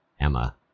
Emma